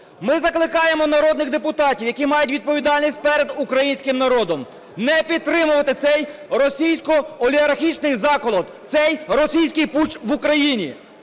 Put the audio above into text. Ми закликаємо народних депутатів, які мають відповідальність перед українським народом, не підтримувати цей російсько-олігархічний заколот, цей російський путч в Україні.